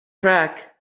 track